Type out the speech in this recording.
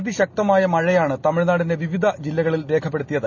അതിശക്തമായ മഴയാണ് തമിഴ്നാടിന്റെ വിവിധ ജില്ലകളിൽ രേഖപ്പെടുത്തിയത്